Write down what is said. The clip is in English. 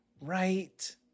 right